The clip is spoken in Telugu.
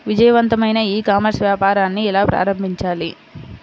విజయవంతమైన ఈ కామర్స్ వ్యాపారాన్ని ఎలా ప్రారంభించాలి?